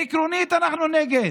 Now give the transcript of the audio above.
עקרונית אנחנו נגד,